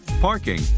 parking